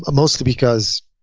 ah mostly because